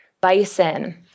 bison